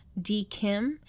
DKIM